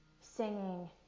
Singing